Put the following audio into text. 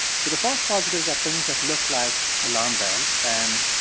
so the false positives are things that look like alarm bells. and,